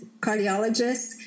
cardiologist